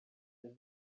seus